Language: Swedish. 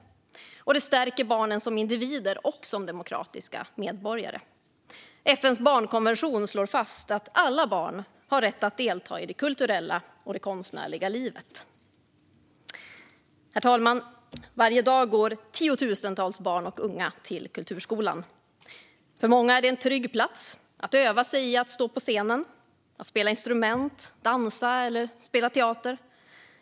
Och det stärker barnen som individer och som demokratiska medborgare. FN:s barnkonvention slår fast att alla barn har rätt att delta i det kulturella och det konstnärliga livet. Herr talman! Varje dag går tiotusentals barn och unga till kulturskolan. För många är det en trygg plats att öva sig i att stå på scenen, spela instrument, dansa eller spela teater.